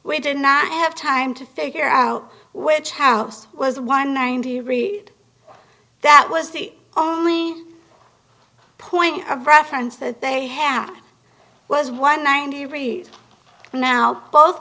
we did not have time to figure out where chavez was one ninety read that was the only point of reference that they had was one ninety reads now both